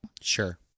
Sure